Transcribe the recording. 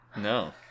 No